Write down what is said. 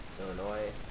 Illinois